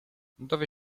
dowie